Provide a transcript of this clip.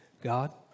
God